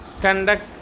conduct